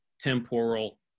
temporal